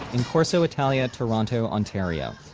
in corso italia, toronto, ontario,